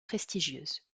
prestigieuses